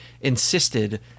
insisted